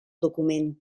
document